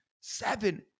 Seven